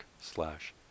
slash